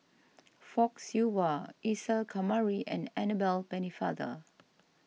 Fock Siew Wah Isa Kamari and Annabel Pennefather